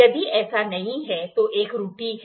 यदि ऐसा नहीं है तो एक त्रुटि है